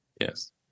Yes